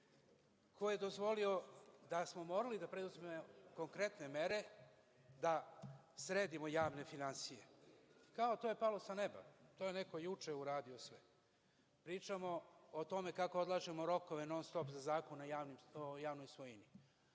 ko je dozvolio da smo morali da preduzmemo konkretne mere da sredimo javne finansije. Kao, to je palo sa neba, to je neko juče uradio sve. Pričamo o tome kako odlažemo rokove non-stop za Zakon o javnoj svojini.